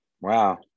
Wow